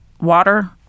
water